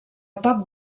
poc